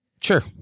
Sure